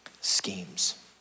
schemes